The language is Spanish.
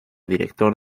director